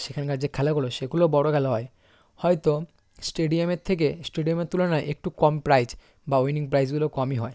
সেখানকার যে খেলাগুলো সেগুলো বড়ো খেলা হয় হয়তো স্টেডিয়ামের থেকে স্টেডিয়ামের তুলনায় একটু কম প্রাইজ বা উইনিং প্রাইসগুলো কমই হয়